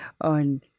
on